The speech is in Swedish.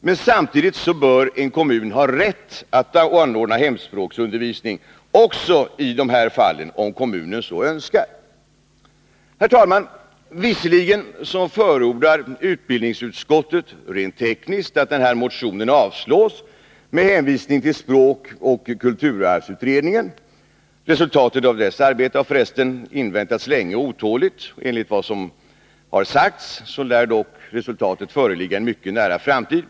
Men samtidigt bör en kommun ha rätt att anordna hemspråksundervisning också i de här fallen, om kommunen så önskar. Herr talman! Visserligen förordar utbildningsutskottet rent tekniskt att den här motionen avslås med hänvisning till språkoch kulturarvsutredningen. Resultatet av dess arbete har förresten länge inväntats otåligt. Enligt vad som sagts lär dock resultatet föreligga inom en mycket nära framtid.